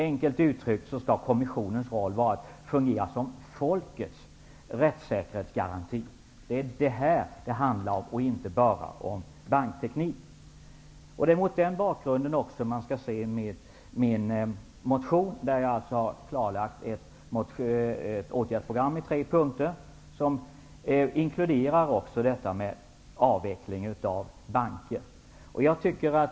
Enkelt uttryckt skall kommissionens roll vara att fungera som folkets rättssäkerhetsgaranti. Det handlar alltså inte bara om bankteknik. Det är mot denna bakgrund man skall se den motion jag har väckt i frågan. Jag har där klarlagt ett åtgärdsprogram i tre punkter, som inkluderar frågan om avveckling av banker.